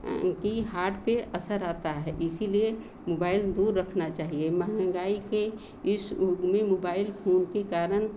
कि हर्ट पे असर आता है इसीलिए मोबाइल दूर रखना चाहिए महंगाई के इस युग में मोबाइल फोन के कारण